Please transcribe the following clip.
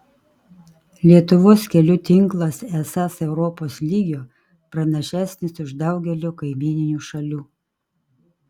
lietuvos kelių tinklas esąs europos lygio pranašesnis už daugelio kaimyninių šalių